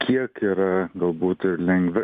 kiek yra galbūt lengvi